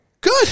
Good